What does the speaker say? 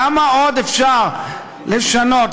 כמה עוד אפשר לשנות,